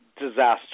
disaster